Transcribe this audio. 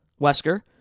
Wesker